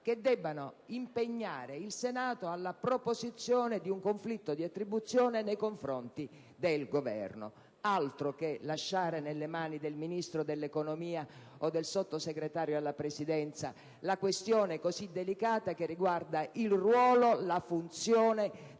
per impegnare il Senato alla proposizione di un conflitto di attribuzione nei confronti del Governo. Altro che lasciare nelle mani del Ministro dell'economia o del Sottosegretario alla Presidenza la questione fondamentale che riguarda il ruolo, la funzione